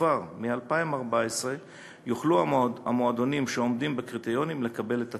וכבר מ-2014 יוכלו המועדונים שעומדים בקריטריונים לקבל את התמיכה.